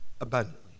abundantly